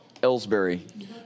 Ellsbury